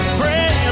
pray